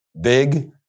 big